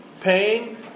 pain